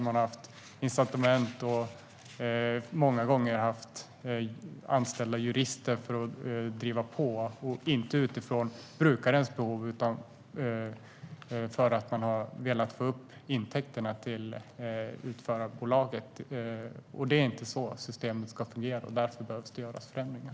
Man har många gånger haft jurister anställda för att driva på, inte utifrån brukarens behov utan för att man har velat få upp intäkterna till utförarbolaget. Det är inte så systemet ska fungera, och därför behöver det göras förändringar.